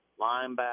linebacker